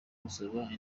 gusaba